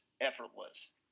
effortless